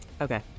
Okay